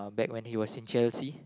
back when he was in Chelsea